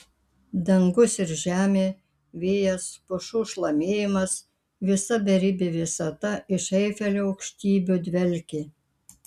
dangus ir žemė vėjas pušų šlamėjimas visa beribė visata iš eifelio aukštybių dvelkė